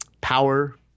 power